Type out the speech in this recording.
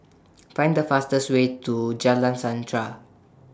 Find The fastest Way to Jalan Sandra